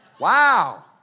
Wow